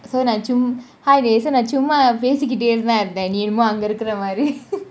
so நான் சும்மா பேசிகிட்டு இருந்தான் நீ என்னமோ அங்க இருக்குற மாறி :naan summa peasikitu irunthan nee ennamo anga irukura maari